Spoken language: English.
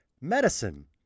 medicine